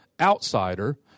outsider